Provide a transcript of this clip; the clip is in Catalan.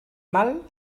mal